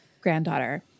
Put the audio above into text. granddaughter